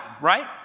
right